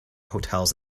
hotels